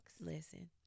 Listen